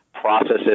processes